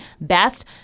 best